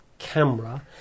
Camera